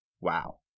wow